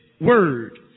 word